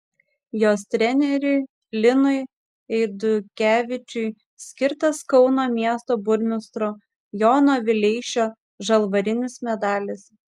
jos treneriui linui eidukevičiui skirtas kauno miesto burmistro jono vileišio žalvarinis medalis